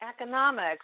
economics